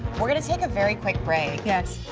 we're going to take a very quick break. yeah